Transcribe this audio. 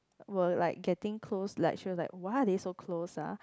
were like getting close like she was like why are they so close ah